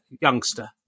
youngster